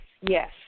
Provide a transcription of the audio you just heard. Yes